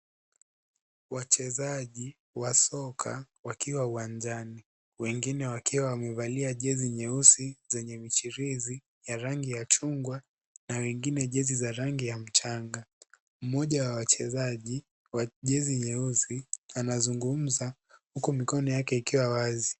Wachezaji wa soka wakiwa uwanjani. Wengine wakiwa wamevalia jezi nyeusi zenye michirizi ya rangi ya chungwa, na wengine jezi za rangi ya mchanga. Mmoja wa wachezaji wa jezi nyeusi anazungumza huku mikono yake ikiwa wazi.